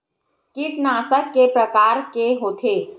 कीटनाशक के प्रकार के होथे?